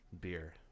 beer